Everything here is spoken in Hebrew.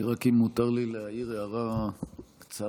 אם מותר לי להעיר הערה קצרה,